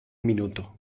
minuto